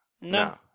No